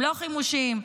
חימושים, לא חימושים.